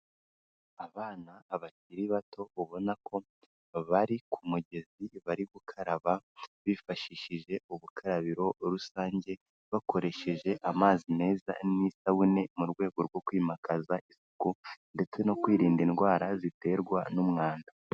Abana abakiri bato ubona ko bari ku mugezi bari gukaraba bifashishije ubukarabiro rusange bakoresheje amazi meza n'isabune mu rwego rwo kwimakaza isuku ndetse no kwirinda indwara ziterwa n'umwanda.